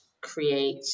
create